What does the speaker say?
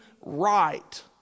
right